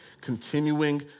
continuing